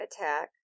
attack